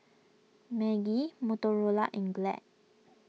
Maggi Motorola and Glad